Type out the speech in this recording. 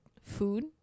food